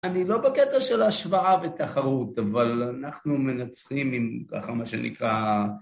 אני לא בקטע של השוואה ותחרות, אבל אנחנו מנצחים עם ככה מה שנקרא...